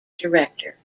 director